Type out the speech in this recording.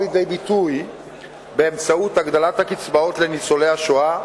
לידי ביטוי באמצעות הגדלת הקצבאות לניצולי השואה,